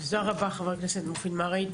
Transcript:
תודה רבה חבר הכנסת מופיד מרעי.